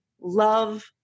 love